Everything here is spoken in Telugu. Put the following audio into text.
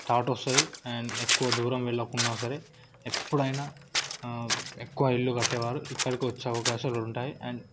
థాట్ వస్తుంది అండ్ ఎక్కువ దూరం వెళ్ళకున్నా సరే ఎప్పుడైనా ఎక్కువ ఇల్లు కట్టేవారు ఇక్కడికి వచ్చే అవకాశాలు ఉంటాయి అండ్